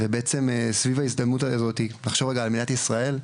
וסביב ההזדמנות הזו לחשוב רגע על מדינת ישראל,